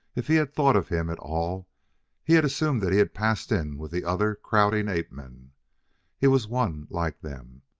if he had thought of him at all he had assumed that he had passed in with the other crowding ape-men he was one like them,